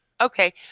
Okay